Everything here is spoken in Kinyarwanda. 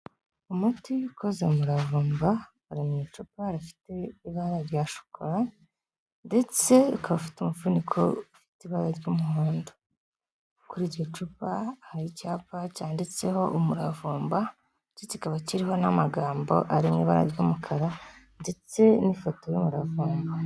Umuti ukoze mu muravumba uri mu icupa rifite ibara rya shokora ndetse ukaba ufite umufuniko ufite ibara ry'umuhondo. Kuri iryo cupa hari icyapa cyanditseho umuravumba ndetse kikaba kiriho n'amagambo ari mu ibara ry'umukara ndetse n'ifoto y'umuravumba.